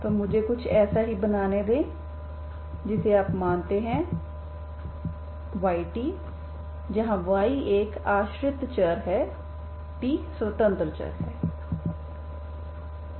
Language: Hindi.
तो मुझे कुछ ऐसा ही बनाने दें जिसे आप मानते हैं yt जहां y एक आश्रित चर है t स्वतंत्र चर है